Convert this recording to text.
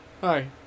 hi